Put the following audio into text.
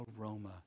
aroma